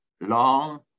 long